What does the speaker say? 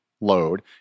load